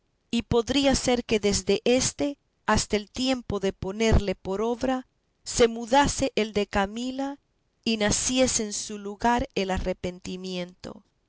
y podría ser que desde éste hasta el tiempo de ponerle por obra se mudase el de camila y naciese en su lugar el arrepentimiento